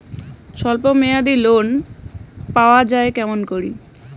স্বল্প মেয়াদি লোন পাওয়া যায় কেমন করি?